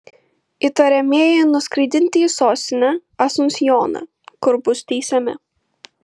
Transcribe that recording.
įtariamieji nuskraidinti į sostinę asunsjoną kur bus teisiami